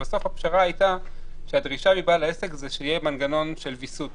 בסוף הפשרה הייתה שהדרישה מבעל העסק היא שיהיה מנגנון של ויסות.